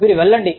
మీరు వెళ్ళండి